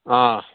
آ